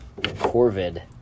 Corvid